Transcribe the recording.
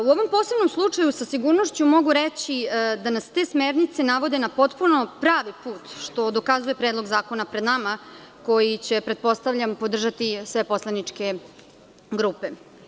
U ovom posebnom slučaju sa sigurnošću mogu reći da nas te smernice navode na potpuno pravi put što dokazuje Predlog zakona pred nama koji će pretpostavljam podržati sve poslaničke grupe.